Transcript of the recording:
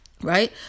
right